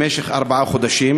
למשך ארבעה חודשים.